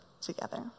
together